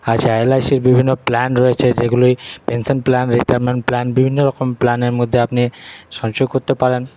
আচ্ছা এলআইসির বিভিন্ন প্ল্যান রয়েছে যেগুলি পেনশন প্ল্যান রিটায়ারমেন্ট প্ল্যান বিভিন্ন রকম প্ল্যানের মধ্যে আপনি সঞ্চয় করতে পারেন